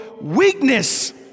weakness